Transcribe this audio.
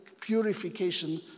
purification